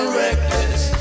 reckless